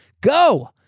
Go